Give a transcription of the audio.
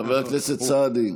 חבר הכנסת סעדי.